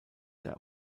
der